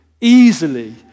easily